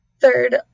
Third